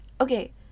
Okay